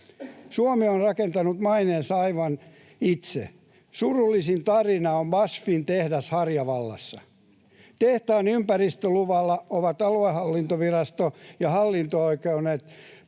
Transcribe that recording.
Suomi on rakentanut maineensa aivan itse. Surullisin tarina on BASFin tehdas Harjavallassa: Tehtaan ympäristöluvalla ovat aluehallintovirasto ja hallinto-oikeudet